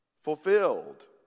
fulfilled